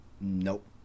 Nope